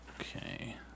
Okay